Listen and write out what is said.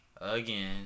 again